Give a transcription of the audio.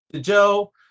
Joe